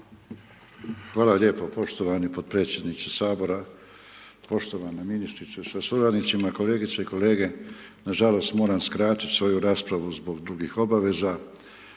Hvala lijepo poštovani podpredsjedniče Sabora, poštovana ministrice sa suradnicima, kolegice i kolege. Nažalost moram skratiti svoju raspravu zbog drugih obaveza,